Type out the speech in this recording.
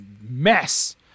mess